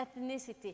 ethnicity